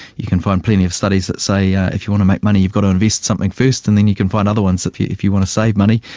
you can find plenty of studies that say yeah if you want to make money you've got to invest something first and then you can find other ones if you if you want to save money,